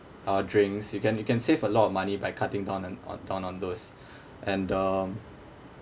uh drinks you can you can save a lot of money by cutting down and on on on those and um